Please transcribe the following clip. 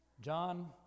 John